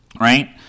right